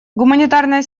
гуманитарная